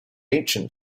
ancient